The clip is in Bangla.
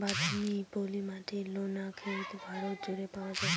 বাদামি, পলি মাটি, নোনা ক্ষেত ভারত জুড়ে পাওয়া যায়